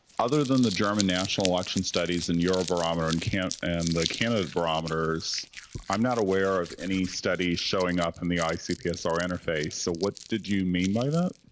other than the german national election studies in eurobarometer and camp and the candidate barometers i'm not aware of any study showing up in the icpsr interface so what did you mean by that